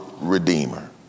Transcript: redeemer